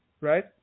Right